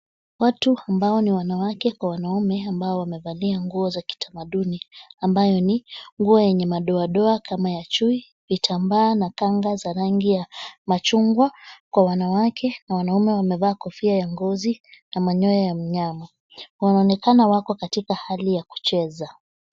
Watu ambao ni wanawake kwa wanaume ambao wamevalia nguo za kitamaduni ambayo ni nguo yenye madoadao kama ya chui vitambaa na kanga za rangi ya machungwa kwa wanawake na wanaume wamevaa kofia ya ngozi na manyoya ya mnyama wanaonekana wako katika hali ya kucheza.